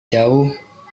jauh